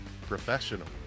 professional